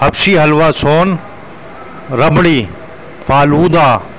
Habshi halwa sohan rabri falooda